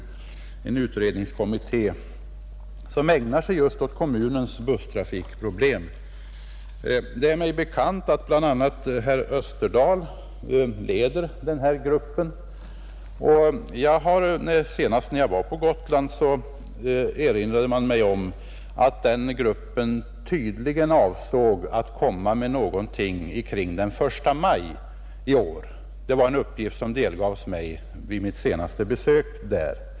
Det är en utredningskommitté som ägnar sig åt just kommunens busstrafikproblem, Det är mig bekant bl.a. att herr Österdahl leder gruppen, och när jag senast var på Gotland erinrade man mig om att gruppen tydligen avsåg att komma med sitt betänkande omkring den 1 maj i år. Detta var alltså en uppgift som delgavs mig vid mitt senaste besök där.